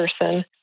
person